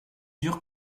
dur